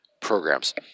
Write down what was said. programs